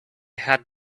had